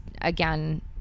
again